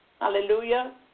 Hallelujah